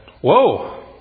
Whoa